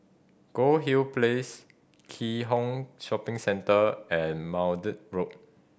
Goldhill Place Keat Hong Shopping Centre and Maude Road